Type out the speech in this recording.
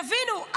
תבינו,